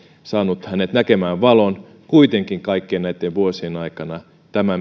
saanut hänet näkemään valon kuitenkin kaikkien näitten vuosien aikana tämä